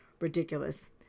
ridiculous